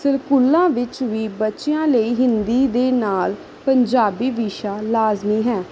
ਸਕੂਲਾਂ ਵਿੱਚ ਵੀ ਬੱਚਿਆਂ ਲਈ ਹਿੰਦੀ ਦੇ ਨਾਲ ਪੰਜਾਬੀ ਵਿਸ਼ਾ ਲਾਜ਼ਮੀ ਹੈ